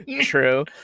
true